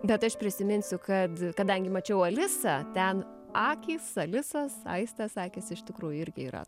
bet aš prisiminsiu kad kadangi mačiau alisą ten akys alisos aistės akys iš tikrųjų irgi yra